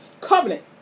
covenant